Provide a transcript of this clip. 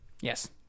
Yes